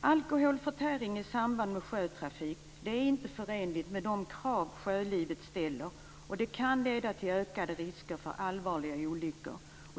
Alkoholförtäring i samband med sjötrafik är inte förenligt med de krav sjölivet ställer, och det kan leda till ökade risker för allvarliga olyckor.